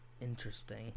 Interesting